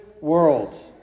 world